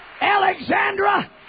Alexandra